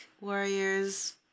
Warriors